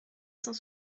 cent